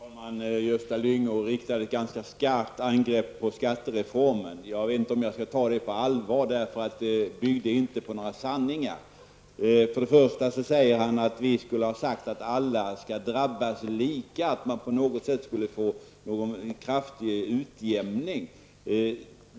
Herr talman! Gösta Lyngå riktade ett ganska skarpt angrepp på skattereformen. Jag vet inte om jag skall ta angreppet på allvar, eftersom det inte byggde på några sanningar. Först sade han att vi skulle ha påstått att alla skall drabbas lika, att man på något sätt skulle få en kraftig utjämning.